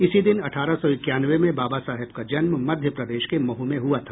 इसी दिन अठारह सौ इक्यानवे में बाबा साहेब का जन्म मध्य प्रदेश के महू में हुआ था